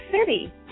City